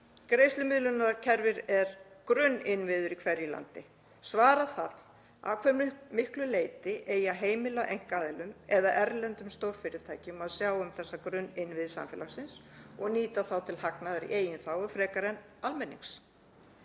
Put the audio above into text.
Greiðslumiðlunarkerfi eru grunninnviðir í hverju landi. Því þarf að svara að hve miklu leyti eigi að heimila einkaaðilum eða erlendum stórfyrirtækjum að sjá um þessa grunninnviði samfélagsins og nýta þá til hagnaðar í eigin þágu frekar en almennings.